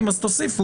אני רוצה להזכיר